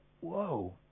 whoa